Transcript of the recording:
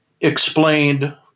explained